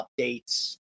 updates